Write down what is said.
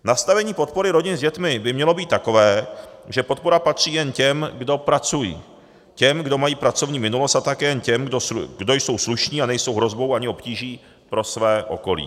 Nastavení podpory rodin s dětmi by mělo být takové, že podpora patří jen těm, kdo pracují, těm, kdo mají pracovní minulost, a také těm, kdo jsou slušní a nejsou hrozbou ani obtíží pro své okolí.